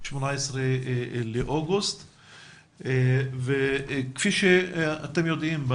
18 באוגוסט 2020. כפי שאתם יודעים,